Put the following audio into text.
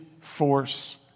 force